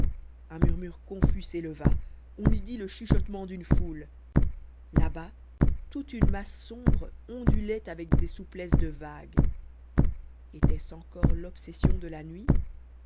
un murmure confus s'éleva on eût dit le chuchotement d'une foule là-bas toute une masse sombre ondulait avec des souplesses de vague était-ce encore l'obsession de la nuit